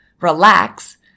relax